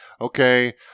okay